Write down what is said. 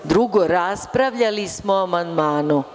Drugo, raspravljali smo o amandmanu.